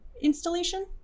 installation